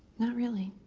not really.